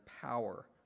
power